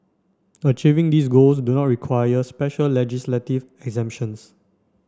achieving these goals do not require special legislative exemptions